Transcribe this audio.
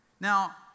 Now